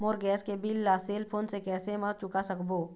मोर gas के bill ला cell phone से कैसे म चुका सकबो?